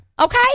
Okay